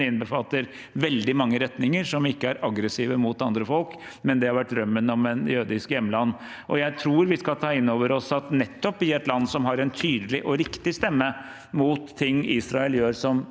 innbefatter veldig mange retninger, som ikke er aggressive mot andre folk, men som har hatt drømmen om et jødisk hjemland. Jeg tror vi skal ta inn over oss at nettopp i vårt land, som har en tydelig og riktig stemme mot ting Israel gjør som